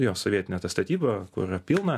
jo sovietinė ta statyba kur pilna